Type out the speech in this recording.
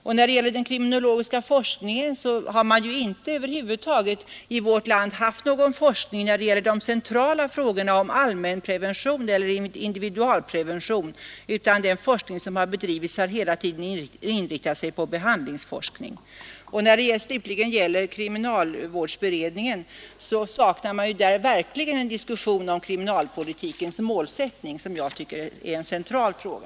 När det vidare gäller den kriminologiska forskningen har man i vårt land över huvud taget inte haft någon forskning i de centrala frågorna om allmänprevention och individualprevention, utan den forskning som bedrivits har hela tiden inriktat sig på behandlingsverksamheten När det slutligen gäller kriminalvårdsberedningen saknar man verkligen en diskussion om kriminalpolitikens målsättning, som jag tycker är en central fråga.